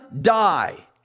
die